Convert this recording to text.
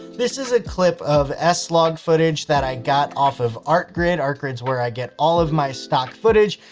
this is a clip of s log footage that i got off of artgrid. artgrid's where i get all of my stock footage.